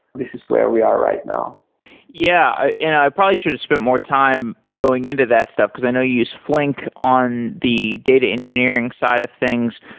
this is where we are right now yeah. and i probably should spend more time going into that stuff, because i know you use flink on the data engineering side of things.